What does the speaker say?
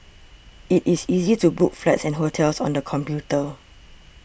it is easy to book flights and hotels on the computer